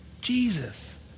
Jesus